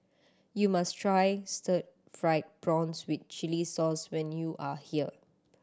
you must try stir fried prawns with chili sauce when you are here